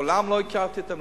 מעולם לא הכרתי אותם,